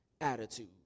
attitude